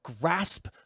grasp